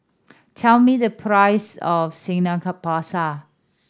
tell me the price of Samgyeopsal